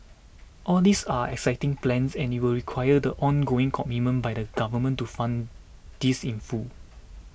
all these are exciting plans and it will require the ongoing commitment by the government to fund this in full